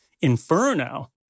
inferno